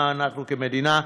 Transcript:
מה אנחנו כמדינה,